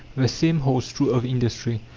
the same holds true of industry.